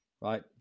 Right